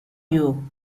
you